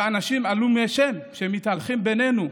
ואנשים עלומי שם שמתהלכים בינינו,